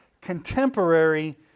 contemporary